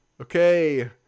Okay